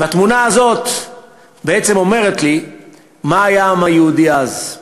והתמונה הזאת בעצם אומרת לי מה היה העם היהודי אז,